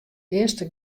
earste